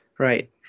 Right